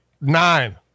nine